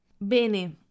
Bene